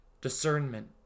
discernment